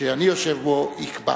שאני יושב בו, יקבע?